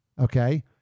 Okay